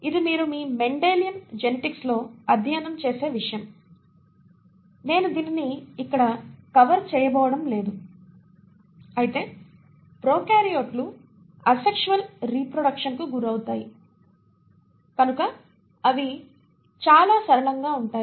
ఇది మీరు మీ మెండెలియన్ జెనెటిక్స్ లో అధ్యయనం చేసే విషయం నేను దానిని ఇక్కడ కవర్ చేయబోవడం లేదు అయితే ప్రొకార్యోట్లు అసెక్షువల్ రీప్రొడక్షన్ కు గురవుతాయి కనుక అవి చాలా సరళంగా ఉంటాయి